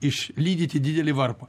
išlydyti didelį varpą